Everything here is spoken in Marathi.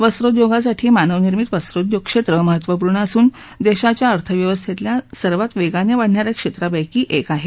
वस्त्राद्योगासाठी मानवनिर्मित वस्त्रोद्योग क्षेत्र महत्वपूर्ण असून देशाच्या अर्थव्यवस्थेतल्या सर्वांत वेगाने वाढणा या क्षेत्रापैकी एक आहे